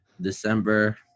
December